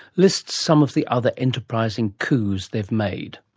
lists some of the other enterprising coups they've made.